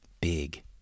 Big